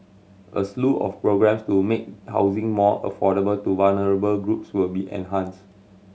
a slew of programmes to make housing more affordable to vulnerable groups will be enhanced